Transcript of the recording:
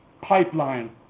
pipeline